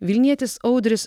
vilnietis audrius